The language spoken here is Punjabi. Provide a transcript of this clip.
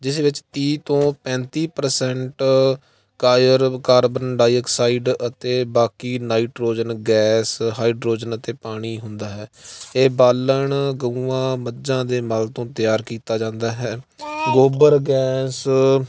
ਜਿਸ ਵਿੱਚ ਤੀਹ ਤੋਂ ਪੈਂਤੀ ਪ੍ਰਸੈਂਟ ਕਾਇਰ ਕਾਰਬਨ ਡਾਈਆਕਸਾਈਡ ਅਤੇ ਬਾਕੀ ਨਾਈਟ੍ਰੋਜਨ ਗੈਸ ਹਾਈਡ੍ਰੋਜਨ ਅਤੇ ਪਾਣੀ ਹੁੰਦਾ ਹੈ ਇਹ ਬਾਲਣ ਗਊਆਂ ਮੱਝਾਂ ਦੇ ਮਲ ਤੋਂ ਤਿਆਰ ਕੀਤਾ ਜਾਂਦਾ ਹੈ ਗੋਬਰ ਗੈਸ